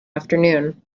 afternoon